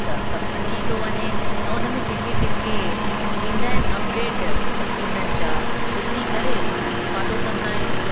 त सभु अची थो वञे ऐं हुन में जेके जेके ईंदा आहिनि अपडेट त हुनजा ॾिसी करे उन्हनि खे फ़ॉलो कंदा आहियूं